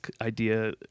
idea